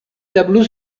tableau